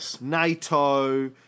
NATO